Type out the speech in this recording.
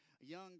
young